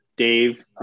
Dave